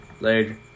Later